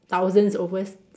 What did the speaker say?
thousands over